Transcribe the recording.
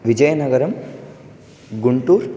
Vizianagaram Guntur